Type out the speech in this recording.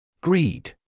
Greed